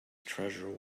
treasure